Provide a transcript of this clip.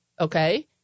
okay –